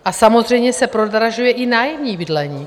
A samozřejmě se prodražuje i nájemní bydlení.